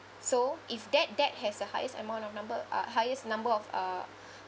so if that debt has the highest amount of number uh highest number of uh